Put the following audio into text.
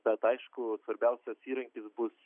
bet aišku svarbiausias įrankis bus